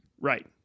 Right